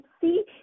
see